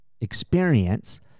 experience